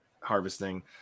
harvesting